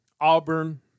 Auburn